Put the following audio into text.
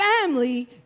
family